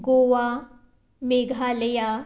Goa Meghalaya